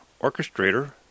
orchestrator